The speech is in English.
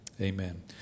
Amen